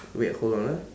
wait hold on ah